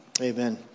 Amen